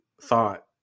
thought